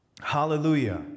Hallelujah